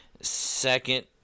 second